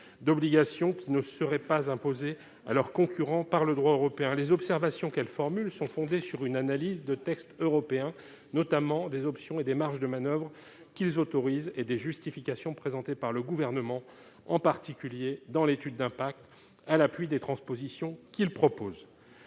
d'obligation qui ne seraient pas imposés à leurs concurrents par le droit européen, les observations qu'elles formule sont fondées sur une analyse de texte européens notamment des options et des marges de manoeuvre qu'ils autorisent et des justifications présentées par le gouvernement, en particulier dans l'étude d'impact à l'appui des transpositions qu'il propose,